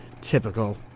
Typical